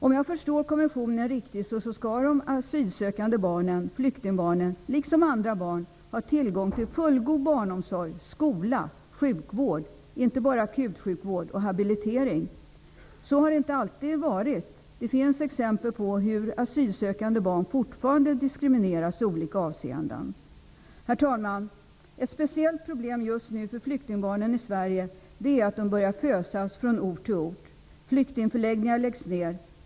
Om jag förstår konventionen rätt skall de asylsökande barnen, flyktingbarnen, liksom andra barn, ha tillgång till fullgod barnomsorg, skola, sjukvård -- inte bara akutsjukvård -- och habilitering. Så har det inte alltid varit. Det finns exempel på hur asylsökande barn fortfarande diskrimineras i olika avseenden. Herr talman! Ett speciellt problem just nu för flyktingbarnen i Sverige är att de börjar fösas från ort till ort. Flyktingförläggningar läggs ner.